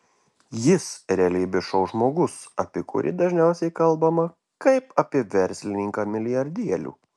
jis realybės šou žmogus apie kurį dažniausiai kalbama kaip apie verslininką milijardierių